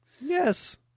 Yes